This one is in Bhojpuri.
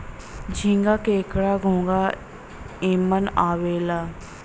झींगा, केकड़ा, घोंगा एमन आवेला